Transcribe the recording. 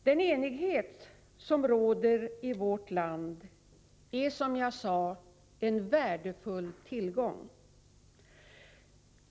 Den enighet som råder i vårt land är, som jag sade, en värdefull tillgång.